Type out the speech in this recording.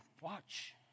watch